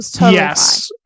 yes